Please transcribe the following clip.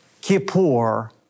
Kippur